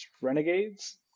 Renegades